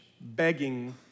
begging